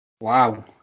Wow